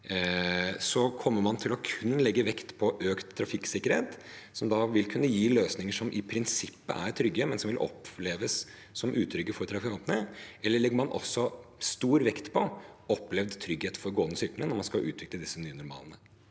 Kommer man til kun å legge vekt på økt trafikksikkerhet som vil kunne gi løsninger som i prinsippet er trygge, men som vil oppleves som utrygge for trafikantene, eller legger man også stor vekt på opplevd trygghet for gående og syklende når man skal utvikle disse nye normalene?